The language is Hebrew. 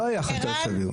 לא היה חשד סביר.